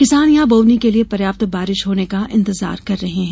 किसान यहां बोवनी के लिये पर्याप्त बारिश होने का इंतजार कर रहे हैं